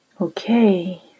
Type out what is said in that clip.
Okay